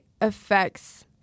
affects